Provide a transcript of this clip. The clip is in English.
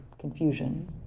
confusion